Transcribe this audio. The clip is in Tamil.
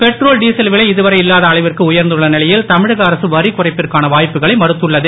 பெட்ரோல் டீசல் விலை இதுவரை இல்லாத அளவிற்கு உயர்ந்துள்ள நிலையில் தமிழக அரசு வரிக் குறைப்பிற்கான வாய்ப்புகளை மறுத்துள்ளது